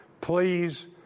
please